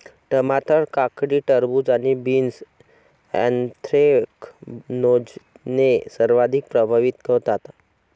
टमाटर, काकडी, खरबूज आणि बीन्स ऍन्थ्रॅकनोजने सर्वाधिक प्रभावित होतात